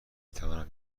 توانم